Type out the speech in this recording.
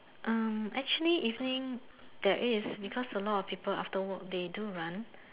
hmm actually evening there is because a lot of people after work they do run